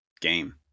game